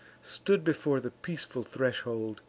stood before the peaceful threshold,